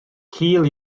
cul